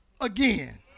again